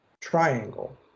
triangle